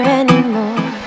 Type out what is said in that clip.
anymore